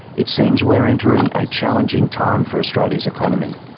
it seems we are entering a challenging time for australia's economy.